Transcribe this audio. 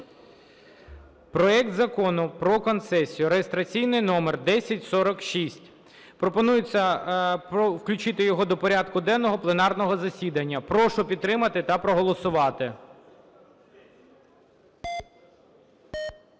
Проект Закону про концесію (реєстраційний номер 1046). Пропонується включити його до порядку денного пленарного засідання. Прошу підтримати та проголосувати.